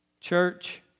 Church